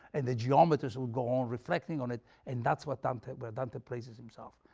and the geometers will go on reflecting on it and that's what dante where dante places himself.